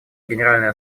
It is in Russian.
генеральной